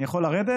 אני יכול לרדת?